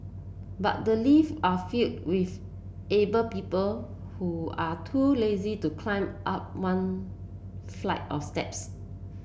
but the lift are filled with able people who are too lazy to climb up one flight of steps